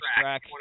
track